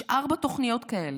יש ארבע תוכניות כאלה.